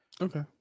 Okay